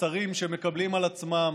ושרים שמקבלים על עצמם